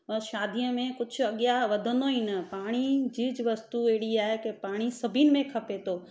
शादिअ में कुझु अॻियां वधंदो ई न पाणी चीज़ वस्तू अहिड़ी आहे पाणी सभिनि में खपे थो